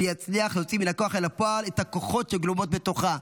ויצליח להוציא מן הכוח אל הפועל את הכוחות שגלומים בתוכה.